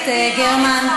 חברת הכנסת גרמן,